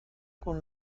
con